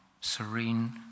Serene